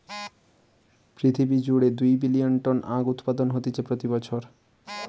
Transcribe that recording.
পৃথিবী জুড়ে দুই বিলিয়ন টন আখউৎপাদন হতিছে প্রতি বছর